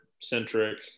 centric